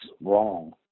wrong